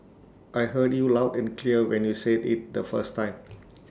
I heard you loud and clear when you said IT the first time